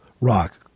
rock